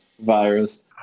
virus